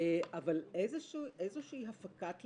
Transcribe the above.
איזו שהיא הפקת לקחים,